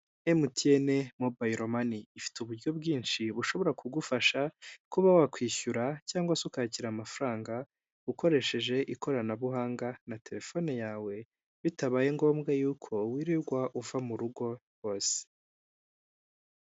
MTN mobile money ifite uburyo bwinshi bushobora kugufasha, kuba wakwishyura cyangwa se ukakira amafaranga ukoresheje ikoranabuhanga na telefone yawe, bitabaye ngombwa yuko wirirwa uva mu rugo rwose.